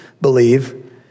believe